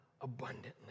abundantly